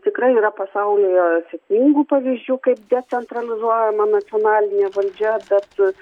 tikrai yra pasaulyje sėkmingų pavyzdžių kaip decentralizuojama nacionalinė valdžia bet